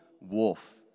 wolf